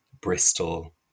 Bristol